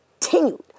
continued